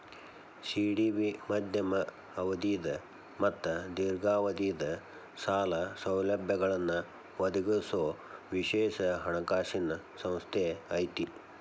CDB ಮಧ್ಯಮ ಅವಧಿದ್ ಮತ್ತ ದೇರ್ಘಾವಧಿದ್ ಸಾಲ ಸೌಲಭ್ಯಗಳನ್ನ ಒದಗಿಸೊ ವಿಶೇಷ ಹಣಕಾಸಿನ್ ಸಂಸ್ಥೆ ಐತಿ